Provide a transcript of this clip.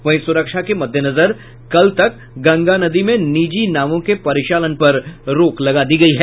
वहीं सुरक्षा के मद्देनजर कल तक गंगा नदी में निजी नावों के परिचालन पर रोक लगा दी गयी है